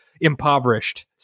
impoverished